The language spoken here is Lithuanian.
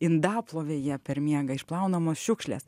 indaplovėje per miegą išplaunamos šiukšlės